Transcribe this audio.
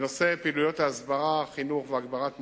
בתחום פעילויות ההסברה, החינוך והגברת המודעות,